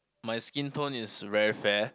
my skin tone is very fair